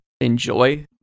enjoy